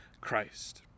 Christ